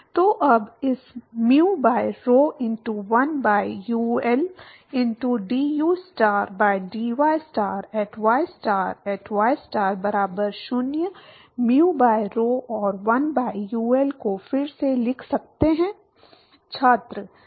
तो अब इस mu by rho into 1 by UL into dustar by dystar at ystar at ystar बराबर 0 mu by rho और 1 by UL को फिर से लिख सकते हैं